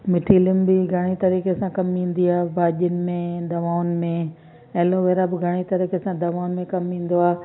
मिठी लिम बि घणई तरीक़े सां कम ईंदी आहे भाॼियुनि में दवाउनि में एलोविरा बि घणई तरीक़े सां दवाउनि में कम ईंदो आहे